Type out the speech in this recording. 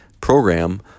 program